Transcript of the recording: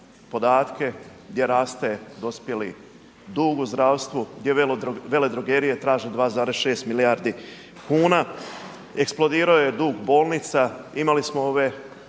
podatke gdje raste dospjeli dug u zdravstvu, gdje veledrogerije traže 2,6 milijardi kuna, eksplodirao je dug bolnica, imali smo ovo